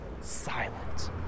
silent